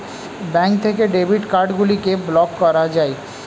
bank থেকে debit card গুলিকে block করা যায়